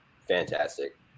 fantastic